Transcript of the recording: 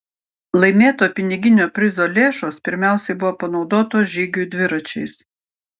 laimėto piniginio prizo lėšos pirmiausiai buvo panaudotos žygiui dviračiais